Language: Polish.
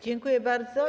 Dziękuję bardzo.